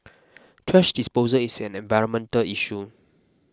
thrash disposal is an environmental issue